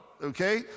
Okay